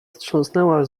wstrząsnęła